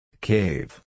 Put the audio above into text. Cave